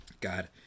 god